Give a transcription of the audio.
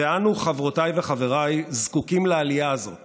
אנו, חברותיי וחבריי, זקוקים לעלייה הזאת